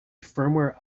firmware